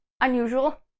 unusual